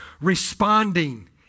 responding